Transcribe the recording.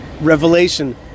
revelation